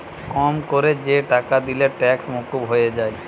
কম কোরে যে টাকা দিলে ট্যাক্স মুকুব হয়ে যায়